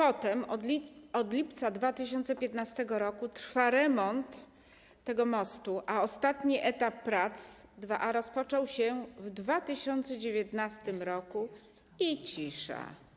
Od lipca 2015 r. trwa remont tego mostu, a ostatni etap prac IIA rozpoczął się w 2019 r. i cisza.